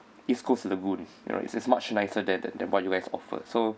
east coast lagoon you know it's it's much nicer there than than what you guys offer so